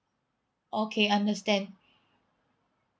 okay understand